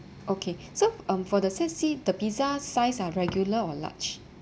okay so um for the set C the pizza size are regular or large